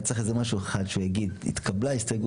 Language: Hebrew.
הצבעה לא התקבלה.